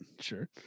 sure